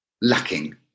lacking